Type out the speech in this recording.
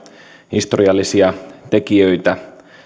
historiallisia tekijöitä